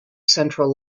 central